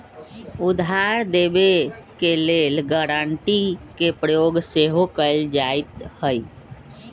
उधार देबऐ के लेल गराँटी के प्रयोग सेहो कएल जाइत हइ